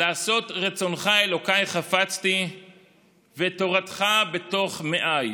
"לעשות רצונך אלוקיי חפצתי ותורתך בתוך מעיי".